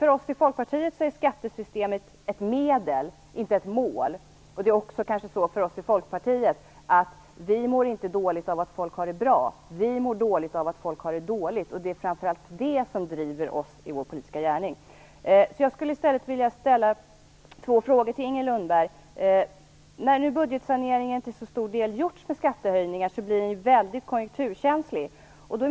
För oss i Folkpartiet är skattesystemet ett medel och inte ett mål. Vi i Folkpartiet mår inte dåligt av att folk har det bra, utan vi mår dåligt av att folk har det dåligt. Det är framför allt det som driver oss i vår politiska gärning. Jag vill ställa två frågor till Inger Lundberg. När nu budgetsaneringen till så stor del har gjorts genom skattehöjningar blir den ju väldigt konjunkturkänslig.